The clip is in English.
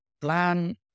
plan